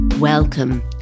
Welcome